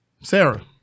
Sarah